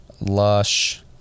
lush